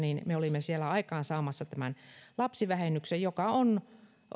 me olimme siellä aikaansaamassa tämän lapsivähennyksen joka on